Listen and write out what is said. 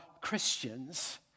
Christians